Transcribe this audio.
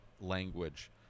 language